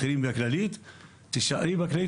תישארי בכללית,